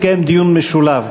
יתקיים דיון משולב.